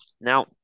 Now